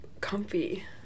comfy